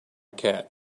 cat